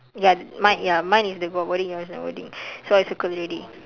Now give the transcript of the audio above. ya mine ya mine is the got wording yours no wording so I circle already